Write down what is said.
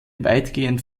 weitgehend